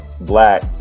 black